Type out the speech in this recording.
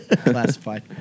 Classified